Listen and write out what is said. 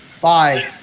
Bye